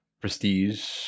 prestige